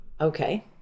Okay